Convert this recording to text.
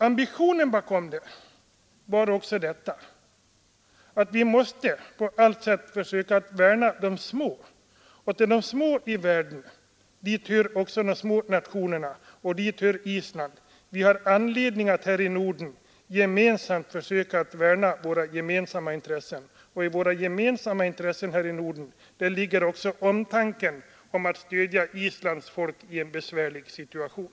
Ambitionen bakom interpellationen var också att vi på allt sätt måste försöka värna de små. Och till de små i världen hör också Island. Vi har anledning att här i Norden försöka värna våra gemensamma intressen. Och i våra gemensamma intressen här i Norden ligger också omtanken att stödja Islands folk i en besvärlig situation.